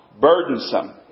burdensome